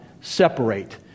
separate